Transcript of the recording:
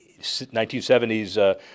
1970s